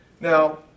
Now